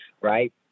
right